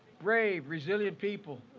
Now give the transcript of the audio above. brave, resilient people.